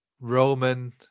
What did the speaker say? Roman